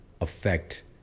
affect